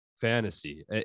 fantasy